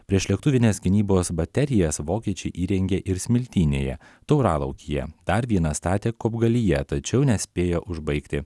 priešlėktuvinės gynybos baterijas vokiečiai įrengė ir smiltynėje tauralaukyje dar vieną statė kopgalyje tačiau nespėjo užbaigti